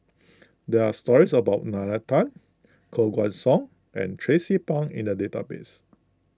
there are stories about Nalla Tan Koh Guan Song and Tracie Pang in the database